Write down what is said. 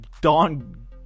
Don